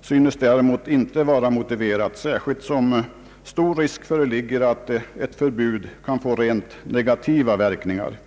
synes därför inte vara motiverat, särskilt som stor risk föreligger för att ett förbud kan få negativa verkningar.